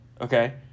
Okay